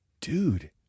dude